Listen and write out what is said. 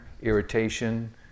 irritation